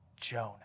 Jonah